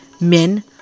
Men